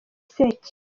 sekibi